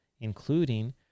including